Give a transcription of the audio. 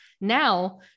Now